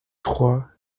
trois